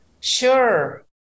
Sure